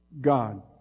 God